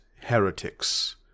heretics